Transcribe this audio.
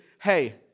hey